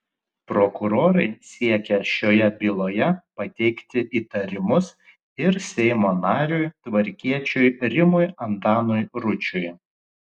prokurorai siekia šioje byloje pateikti įtarimus ir seimo nariui tvarkiečiui rimui antanui ručiui